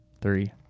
Three